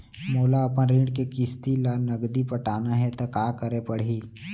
मोला अपन ऋण के किसती ला नगदी पटाना हे ता का करे पड़ही?